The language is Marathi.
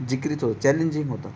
जिक्रीत होतं चॅलेंजिंग होतं